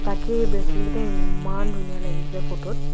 তাকেই এই ব্ৰেচলেটকেইটা ইমান ধুনীয়া লাগিছিলে ফটোত